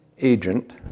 agent